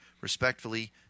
Respectfully